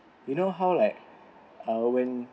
you know how like I'll win